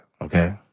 okay